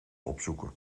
opzoeken